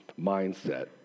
mindset